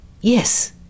yes